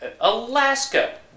Alaska